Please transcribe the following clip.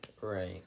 Right